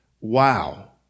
Wow